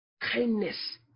Kindness